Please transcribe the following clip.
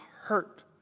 hurt